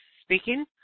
speaking